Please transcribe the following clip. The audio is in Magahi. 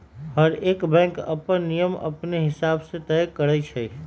हरएक बैंक अप्पन नियम अपने हिसाब से तय करई छई